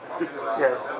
Yes